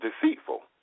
deceitful